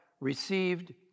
received